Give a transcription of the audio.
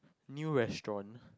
new restaurant